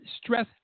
stress